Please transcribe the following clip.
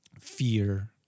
fear